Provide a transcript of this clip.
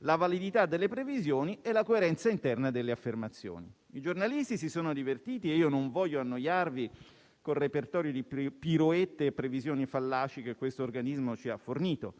la validità delle previsioni e la coerenza interna delle affermazioni. I giornalisti si sono divertiti - e io non voglio annoiarvi - con il repertorio di piroette e previsioni fallaci che questo organismo ci ha fornito.